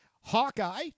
Hawkeye